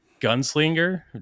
gunslinger